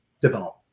develop